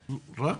רק?